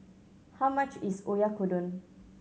how much is Oyakodon